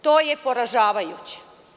To je poražavajuće.